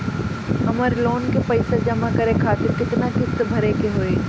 हमर लोन के पइसा जमा करे खातिर केतना किस्त भरे के होई?